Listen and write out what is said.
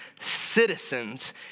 citizens